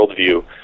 worldview